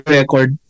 record